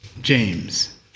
James